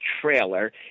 trailer